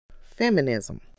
Feminism